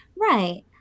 right